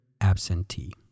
Absentee